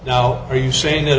now are you saying that